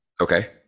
okay